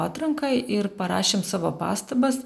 atrankai ir parašėm savo pastabas